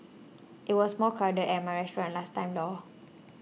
it was more crowded at my restaurant last time Lor